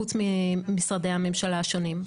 חוץ ממשרדי הממשלה השונים.